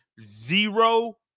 zero